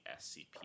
SCP